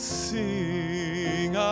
sing